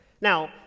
Now